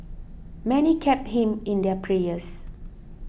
many kept him in their prayers